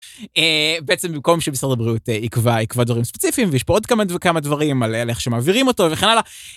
בעצם במקום שמשרד הבריאות יקבע.. יקבע דברים ספציפיים ויש פה עוד כמה וכמה דברים על איך שמעבירים אותו וכן הלאה.